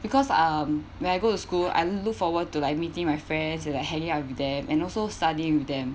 because um when I go to school I look forward to like meeting my friends and like hanging out with them and also study with them